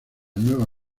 nueva